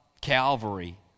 Calvary